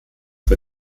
für